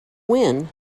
win